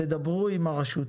תדברו עם הרשות.